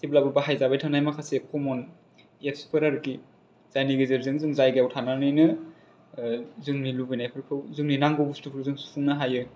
जेब्लाबो बाहायजाबाय थानाय माखासे कमन एफ्स फोर आरखि जायनि गेजेरजों जों जायगायाव थानानैनो जोंनि लुबैनाय फोरखौ जोंनि नांगौ बुस्थुफोरखौ जों सुफुंनो हायो